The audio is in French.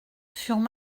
furent